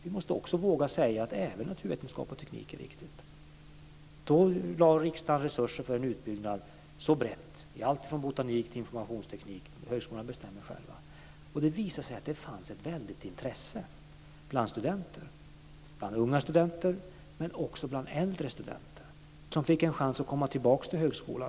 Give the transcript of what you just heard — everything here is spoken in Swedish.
Vi måste våga säga att även naturvetenskap och teknik är viktigt. Då lade riksdagen resurser för en bred utbyggnad, alltifrån botanik till informationsteknik. Högskolorna bestämde själva. Det visade sig att det fanns ett väldigt intresse bland studenter - bland unga studenter, men också bland äldre som fick en chans att komma tillbaka till högskolan.